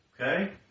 Okay